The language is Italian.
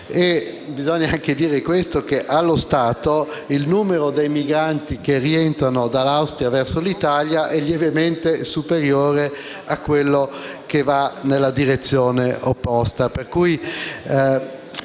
Bisogna anche aggiungere che, allo stato, il numero dei migranti che rientrano dall'Austria verso l'Italia è lievemente superiore a quello che va nella direzione opposta